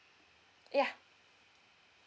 ya